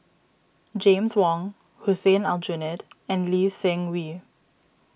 James Wong Hussein Aljunied and Lee Seng Wee